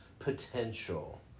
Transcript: Potential